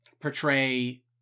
portray